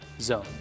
zone